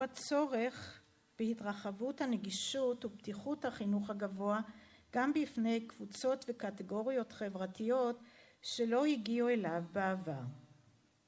ובצורך בהתרחבות הנגישות ופתיחות החינוך הגבוה גם בפני קבוצות וקטגוריות חברתיות שלא הגיעו אליו בעבר.